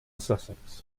sussex